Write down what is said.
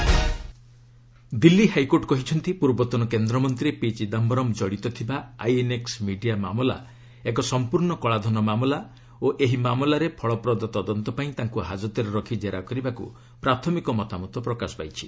HC Chidambaram Delhi high court କହିଛନ୍ତି ପୂର୍ବତନ କେନ୍ଦ୍ରମନ୍ତ୍ରୀ ପି ଚିଦାୟରମ୍ ଜଡ଼ିତ ଥିବା ଆଇଏନ୍ଏକ୍ ମିଡିଆ ମାମଲା ଏକ ସମ୍ପର୍ଣ୍ଣ କଳାଧନ ମାମଲା ଓ ଏହି ମାମଲାରେ ଫଳପ୍ରଦ ତଦନ୍ତ ପାଇଁ ତାଙ୍କୁ ହାଜତରେ ରଖି ଜେରା କରିବାକୁ ପ୍ରାଥମିକ ମତାମତ ପ୍ରକାଶ ପାଇଛି